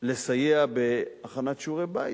לסייע בהכנת שיעורי בית.